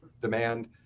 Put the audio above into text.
demand